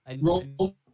Roll